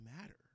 matter